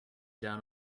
down